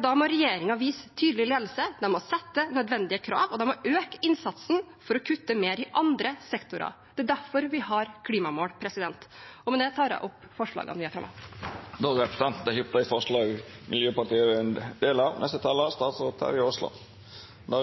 da må regjeringen vise tydelig ledelse; de må sette nødvendige krav, og de må øke innsatsen for å kutte mer i andre sektorer. Det er derfor vi har klimamål. Men det tar jeg opp forslagene vi har fremmet. Presidenten: Da har representanten tatt opp de forslagene hun refererte til. Aldri før har det vel vært mer